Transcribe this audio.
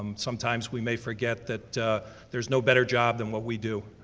um sometimes we may forget that there's no better job than what we do.